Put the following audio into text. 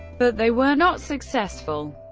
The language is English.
but they were not successful.